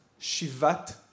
Shivat